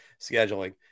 scheduling